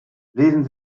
lesen